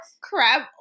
Crab